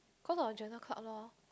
cause of the journal club lor